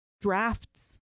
drafts